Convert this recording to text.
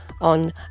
on